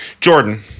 Jordan